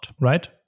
right